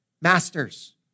Masters